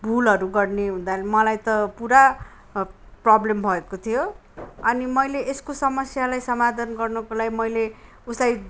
भूलहरू गर्ने हुँदा मलाई त पुरा प्रब्लम भएको थियो अनि मैले यसको समस्यालाई समाधान गर्नको लागि मैले उसलाई